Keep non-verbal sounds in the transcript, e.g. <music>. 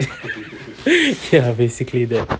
<laughs> ya basically that